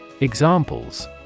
Examples